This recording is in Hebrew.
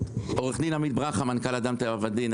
עו"ד עמית ברכה, מנכ"ל אדם טבע ודין.